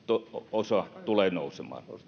osa tulee nousemaan